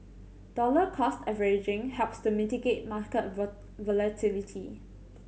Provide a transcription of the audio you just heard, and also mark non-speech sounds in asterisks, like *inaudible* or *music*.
dollar cost averaging helps to mitigate market *unintelligible* volatility